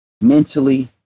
mentally